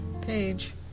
page